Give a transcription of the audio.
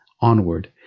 onward